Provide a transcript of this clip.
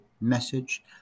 message